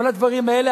אבל כל הדברים האלה,